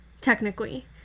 technically